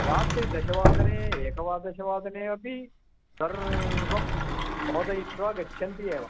रात्रौ दशवादने एकावादशवादने अपि सर्वं नोदयित्वा गच्छन्ति एव